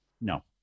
No